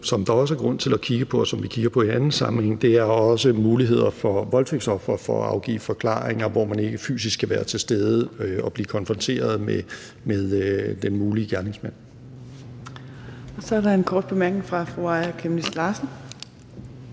som der også er grund til at kigge på, og som vi kigger på i anden sammenhæng, jo er muligheder for voldtægtsofre for at afgive forklaring, og hvor man ikke fysisk skal være til stede og blive konfronteret med den mulige gerningsmand. Kl. 18:43 Fjerde næstformand (Trine